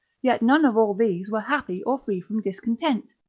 yet none of all these were happy, or free from discontent,